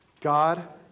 God